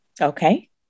Okay